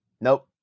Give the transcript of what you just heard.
Nope